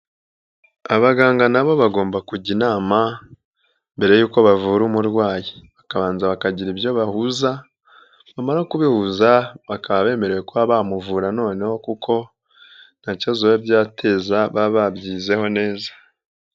Abaganga na bo bagomba kujya inama mbere yuko bavura umurwayi, bakabanza bakagira ibyo bahuza, nyuma yo kubihuza bakaba bemerewe kuba bamuvura noneho kuko nta kibazo biba byateza baba babyizeho neza.